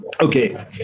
Okay